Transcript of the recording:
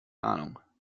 ahnung